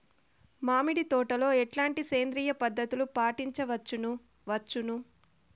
మామిడి తోటలో ఎట్లాంటి సేంద్రియ పద్ధతులు పాటించవచ్చును వచ్చును?